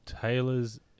Taylor's